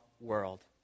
world